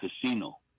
casino